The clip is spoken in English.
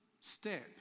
step